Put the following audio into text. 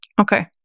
Okay